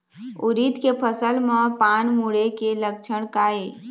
उरीद के फसल म पान मुड़े के लक्षण का ये?